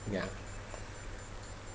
ya